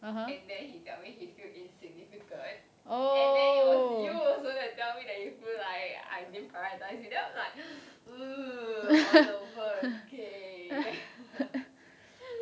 and then he tell me he feel insignificant and then it was you that you feel like I didn't prioritize then I'm like what the fuck okay